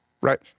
Right